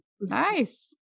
Nice